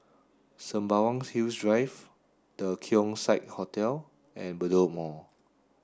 Sembawang Hills Drive The Keong Saik Hotel and Bedok Mall